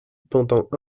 pendant